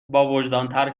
باوجدانتر